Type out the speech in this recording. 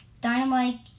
Dynamite